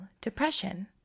depression